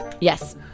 Yes